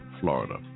Florida